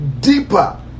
deeper